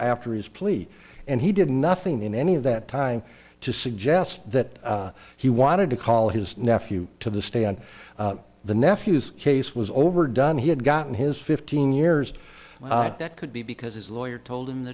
after his plea and he did nothing in any of that time to suggest that he wanted to call his nephew to the stay on the nephew's case was over done he had gotten his fifteen years that could be because his lawyer told him that